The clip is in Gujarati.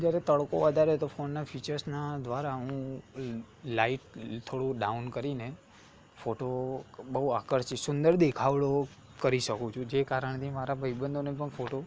જ્યારે તડકો વધારે હોય તો ફોનના ફીચર્સના દ્વારા હું લાઈટ થોડો ડાઉન કરીને ફોટો બહુ આકર્ષિત સુંદર દેખાવડો કરી શકું છું જે કારણથી મારા ભાઈબંધોને પણ ફોટો